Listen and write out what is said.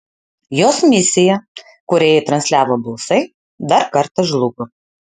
jos misija kurią jai transliavo balsai dar kartą žlugo